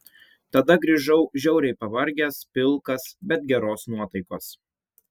tada grįžau žiauriai pavargęs pilkas bet geros nuotaikos